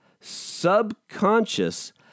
subconscious